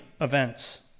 events